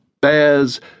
bears